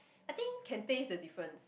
I think can taste the difference